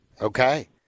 Okay